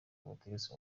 kubutegetsi